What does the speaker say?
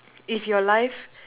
if your life